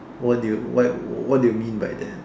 what do you why what do you mean by that